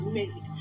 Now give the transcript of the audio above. made